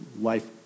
life